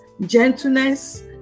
gentleness